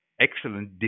excellent